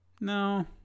No